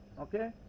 Okay